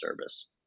service